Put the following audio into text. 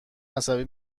عصبی